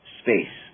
space